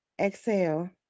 Exhale